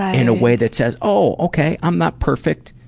ah in a way that says, oh okay, i'm not perfect.